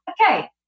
okay